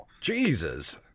Jesus